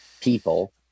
people